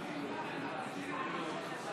התקבלה.